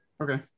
Okay